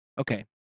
Okay